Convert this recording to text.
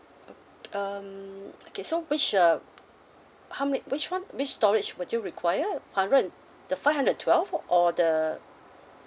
oh um okay so which uh how many which one which storage would you require hundred and the five hundred and twelve or the